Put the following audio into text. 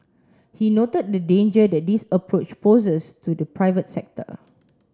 he noted the danger that this approach poses to the private sector